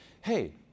hey